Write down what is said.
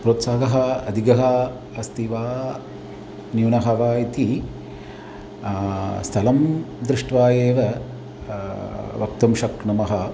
प्रोत्साहः अधिकः अस्ति वा न्यूनं वा इति स्थलं दृष्ट्वा एव वक्तुं शक्नुमः